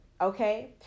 Okay